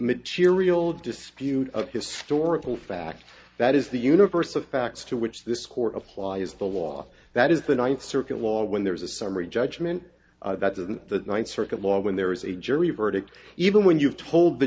material dispute of historical fact that is the universe of facts to which this court applies the law that is the ninth circuit law when there is a summary judgment that the ninth circuit law when there is a jury verdict even when you have told the